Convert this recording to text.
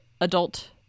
adult